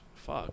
fuck